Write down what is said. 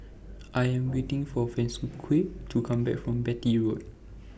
I Am waiting For Francisqui to Come Back from Beatty Road